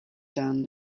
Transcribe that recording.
dan